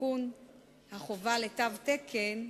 ותיקון החובה לתו תקן,